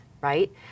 Right